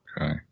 Okay